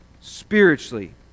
spiritually